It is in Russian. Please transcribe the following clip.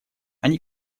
они